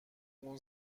اون